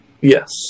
Yes